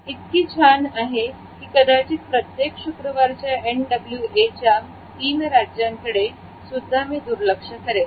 इतकी छान आहे की कदाचित प्रत्येक शुक्रवारच्या एन डब्ल्यू ए च्या तीन राज्यां कडे सुद्धा मी दुर्लक्ष करेल